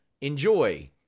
Enjoy